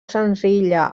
senzilla